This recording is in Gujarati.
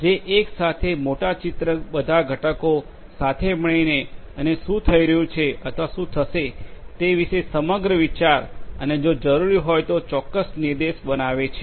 જે એક સાથે મોટા ચિત્ર બધા ઘટકો સાથે મળીને અને શું થઈ રહ્યું છે અથવા શું થશે તે વિશે સમગ્ર વિચાર અને જો જરૂરી હોય તો ચોક્કસ નિર્દેશ બનાવે છે